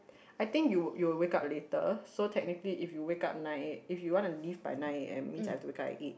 I think you would you will wake up later so technically if you wake up nine if you wanna leave by nine a_m means I will have to wake up at eight